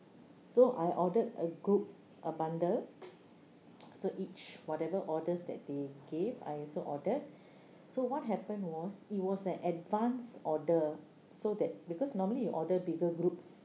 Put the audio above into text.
so I ordered a group a bundle so each whatever orders that they gave I also ordered so what happened was it was an advance order so that because normally you order bigger group